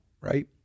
right